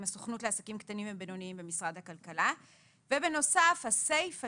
הסוכנות לעסקים קטנים ובינוניים במשרד הכלכלה ובנוסף הסיפה